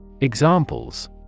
Examples